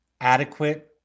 adequate